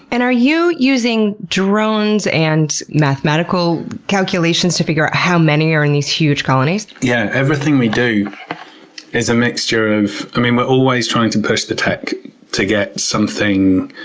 and are you using drones and mathematical calculations to figure out how many are in these huge colonies? yeah, everything we do is a mixture of, i mean, we're always trying to push the tech to get something.